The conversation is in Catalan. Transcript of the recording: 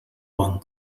bon